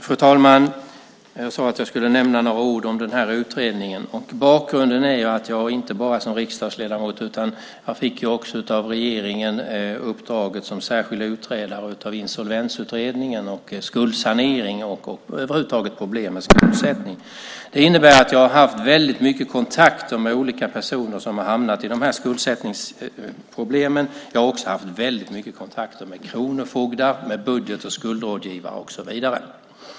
Fru talman! Jag sade att jag skulle nämna några ord om utredningen. Bakgrunden är att jag inte bara är riksdagsledamot, utan jag fick av regeringen uppdraget som särskild utredare av Insolvensutredningen och skuldsanering och över huvud taget problem med skuldsättning. Det innebär att jag har haft väldigt många kontakter med personer som har haft sådana här skuldsättningsproblem. Jag har också haft väldigt mycket kontakt med kronofogdar, budget och skuldrådgivare och så vidare.